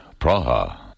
Praha